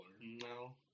No